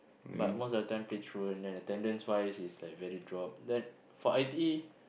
but most of the time play truant then attendance wise is like very drop